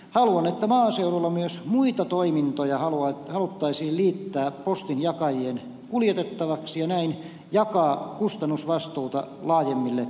haluan että maaseudulla myös muita toimintoja haluttaisiin liittää postinjakajien kuljetettavaksi ja näin jakaa kustannusvastuuta laajemmille tahoille